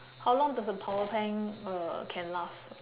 how long does the power bank uh can last